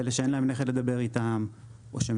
לאלו שאין להם נכד לדבר איתם או שהם